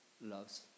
loves